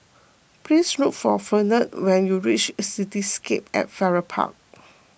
please look for Fernand when you reach Cityscape at Farrer Park